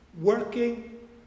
working